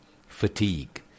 fatigue